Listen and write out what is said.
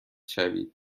شوید